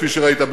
כפי שראית,